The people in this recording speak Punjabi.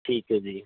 ਠੀਕ ਹੈ ਜੀ